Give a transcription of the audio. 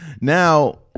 now